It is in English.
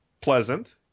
pleasant